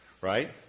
right